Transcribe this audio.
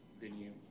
venue